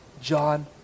John